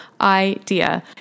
idea